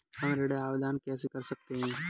हम ऋण आवेदन कैसे कर सकते हैं?